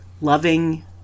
loving